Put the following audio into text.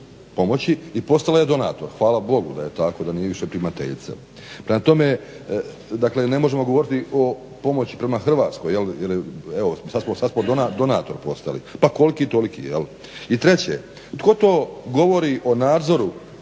i postala je donator. Hvala Bogu da je tako da nije više primateljica. Prema tome ne možemo govoriti o pomoći prema Hrvatskoj evo sada smo donator postali pa koliki toliki. I treće, tko to govori o nadzoru